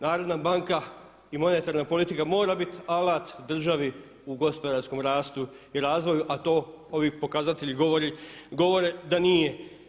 Narodna banka i monetarna politika mora biti alat državi u gospodarskom rastu i razvoju a to ovi pokazatelji govore da nije.